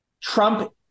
Trump